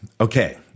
okay